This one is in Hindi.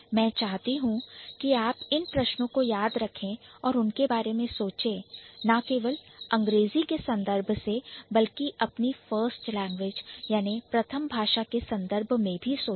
मैं चाहती हूं कि आप इन प्रश्नों को याद रखें और उनके बारे में सोचे ना केवल अंग्रेजी के संदर्भ से बल्कि अपने first language प्रथम भाषा के संदर्भ में भी सोचे